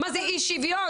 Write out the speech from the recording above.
מה זה אי שוויון,